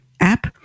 app